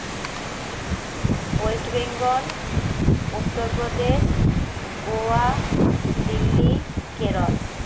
west Bengal Uttar Pradesh Goa Delhi Kerala